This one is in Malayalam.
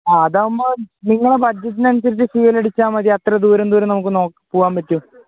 ആ അതാകുമ്പോൾ നിങ്ങളെ ബഡ്ജറ്റിന് അനുസരിച്ചു ഫ്യുവൽ അടിച്ചാൽ മതി അത്ര ദൂരം ദൂരം നമുക്ക് പോവാൻ പറ്റും